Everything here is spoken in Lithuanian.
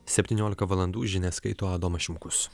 septyniolika valandų žinias skaito adomas šimkus